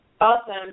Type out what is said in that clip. Awesome